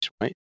right